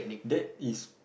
that is